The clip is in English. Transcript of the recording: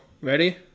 ready